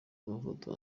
amafoto